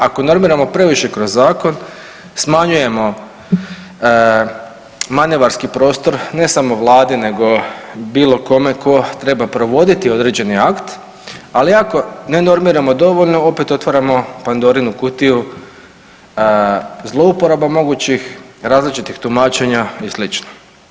Ako normiramo previše kroz zakon smanjujemo manevarski prostor ne samo Vlade nego bilo kome ko treba provoditi određeni akt, ali ako ne normiramo dovoljno opet otvaramo Pandorinu kutiju zlouporaba mogućih različitih tumačenja i sl.